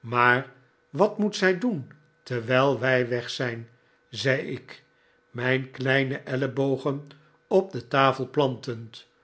maar wat moet zij doen terwijl wij weg zijn zei ik mijn kleine ellebogen op de tafel plantend